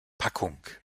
packung